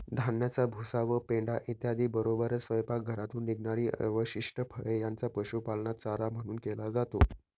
धान्याचा भुसा व पेंढा इत्यादींबरोबरच स्वयंपाकघरातून निघणारी अवशिष्ट फळे यांचा पशुपालनात चारा म्हणून केला जातो